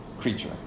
creature